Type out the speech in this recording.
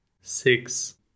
six